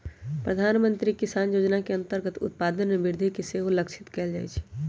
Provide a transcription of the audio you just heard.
प्रधानमंत्री किसान जोजना के अंतर्गत उत्पादन में वृद्धि के सेहो लक्षित कएल जाइ छै